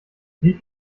wie